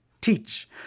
teach